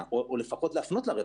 וצריך להפנות לרווחה.